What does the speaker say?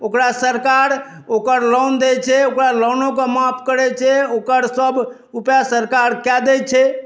ओकरा सरकार ओकर लोन दैत छै ओकरा लोनोकेँ माफ करैत छै ओकर सभ उपाय सरकार कए दैत छै